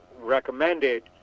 recommended